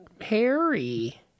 Harry